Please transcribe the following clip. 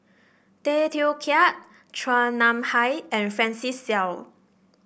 Tay Teow Kiat Chua Nam Hai and Francis Seow